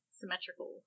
symmetrical